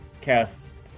cast